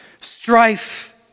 Strife